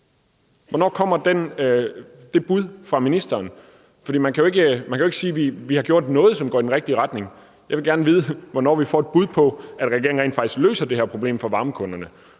Hvornår kommer det bud fra ministeren? For man kan ikke sige, at vi har gjort noget, som går i den rigtige retning. Jeg vil gerne vide, hvornår vi får et bud på, at regeringen rent faktisk løser det her problem for varmekunderne